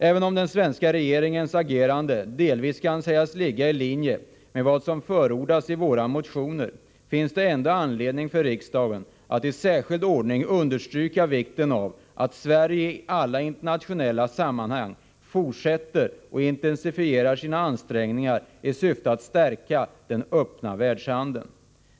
Även om den svenska regeringens agerande delvis kan sägas ligga i linje med vad som förordas i våra motioner finns det ändå anledning för riksdagen att i särskild ordning understryka vikten av att Sverige i alla internationella sammanhang fortsätter och intensifierar sina ansträngningar i syfte att stärka den öppna världshandeln.